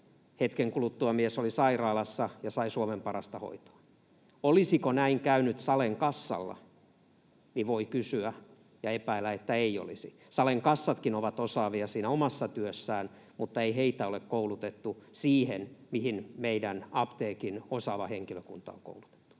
Hetken kuluttua mies oli sairaalassa ja sai Suomen parasta hoitoa. Olisiko näin käynyt Salen kassalla, voi kysyä ja epäillä, että ei olisi. Salen kassatkin ovat osaavia siinä omassa työssään, mutta ei heitä ole koulutettu siihen, mihin meidän apteekin osaava henkilökunta on koulutettu.